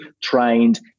trained